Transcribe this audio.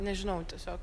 nežinau tiesiog